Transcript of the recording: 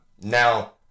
Now